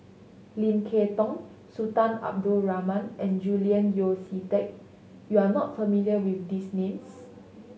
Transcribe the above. Lim Kay Tong Sultan Abdul Rahman and Julian Yeo See Teck you are not familiar with these names